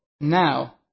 Now